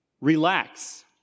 Relax